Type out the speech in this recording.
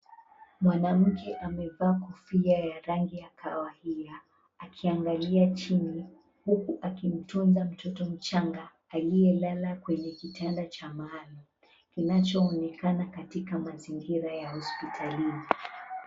Mwanamke amevaa kofia ya rangi ya kahawia akiangalia chini huku akimtunza mtoto mchanga aliyelala kwenye kitanda maalum kinachoonekana katika mazingira ya hospitalini.